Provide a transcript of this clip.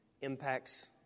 impacts